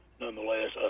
nonetheless